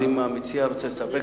אם המציע רוצה להסתפק,